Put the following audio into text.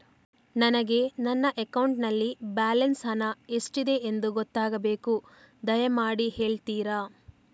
ನನಗೆ ನನ್ನ ಅಕೌಂಟಲ್ಲಿ ಬ್ಯಾಲೆನ್ಸ್ ಹಣ ಎಷ್ಟಿದೆ ಎಂದು ಗೊತ್ತಾಗಬೇಕು, ದಯಮಾಡಿ ಹೇಳ್ತಿರಾ?